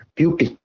Beauty